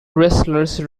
wrestlers